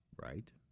Right